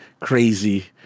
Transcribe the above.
crazy